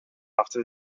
after